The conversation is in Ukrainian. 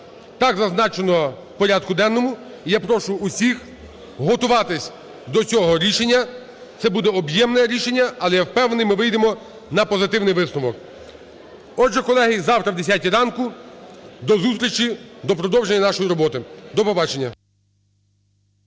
так зазначено в порядку денному. Я прошу усіх готуватися до цього рішення, це буде об'ємне рішення, але я впевнений, ми вийдемо на позитивний висновок. Отже, колеги, завтра о 10 ранку. До зустрічі, до продовження нашої роботи. До побачення.